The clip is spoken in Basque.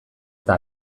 eta